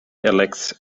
elects